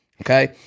Okay